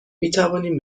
میتوانیم